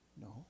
No